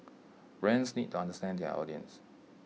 brands need to understand their audience